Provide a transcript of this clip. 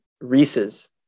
Reese's